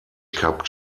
cup